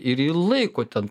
ir jį laiko ten